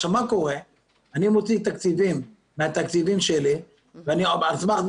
אני מוציא תקציבים מהתקציבים שלי על סמך זה